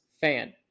fan